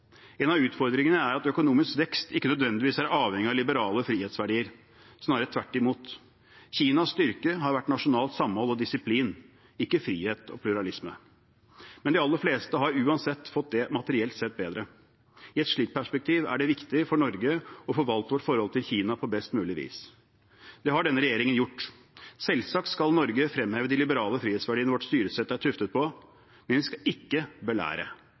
En av utfordringene er at økonomisk vekst ikke nødvendigvis er avhengig av liberale frihetsverdier. Snarere tvert imot: Kinas styrke har vært nasjonalt samhold og disiplin, ikke frihet og pluralisme. Men de aller fleste har uansett fått det materielt sett bedre. I et slikt perspektiv er det viktig for Norge å forvalte vårt forhold til Kina på best mulig vis. Det har denne regjeringen gjort. Selvsagt skal Norge fremheve de liberale frihetsverdiene vårt styresett er tuftet på, men vi skal ikke belære.